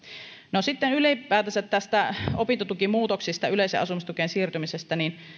no sitten ylipäätänsä opintotukimuutoksista yleiseen asumistukeen siirtymisestä